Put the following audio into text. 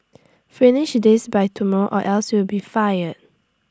finish this by tomorrow or else you'll be fired